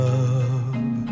Love